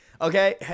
Okay